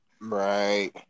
Right